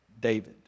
David